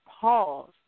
pause